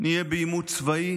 נהיה בעימות צבאי,